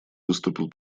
выступил